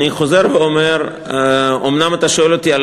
אני חוזר ואומר: אומנם אתה שואל אותי על